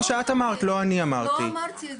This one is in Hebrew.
זה מה שאת אמרת, לא אני אמרתי את זה.